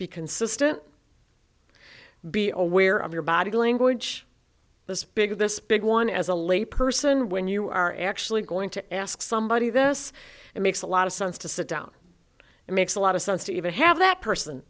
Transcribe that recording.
be consistent be aware of your body language this big this big one as a lay person when you are actually going to ask somebody this it makes a lot of sense to sit down it makes a lot of sense to even have that person